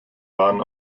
waren